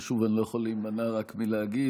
ושוב, אני לא יכול להימנע רק מלהגיד